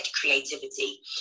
creativity